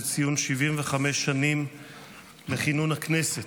של הכנסת לציון 75 שנים לכינון הכנסת.